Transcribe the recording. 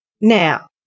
now